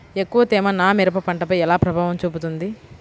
ఎక్కువ తేమ నా మిరప పంటపై ఎలా ప్రభావం చూపుతుంది?